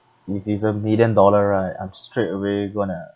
if it's a million dollar right I'm straight away going to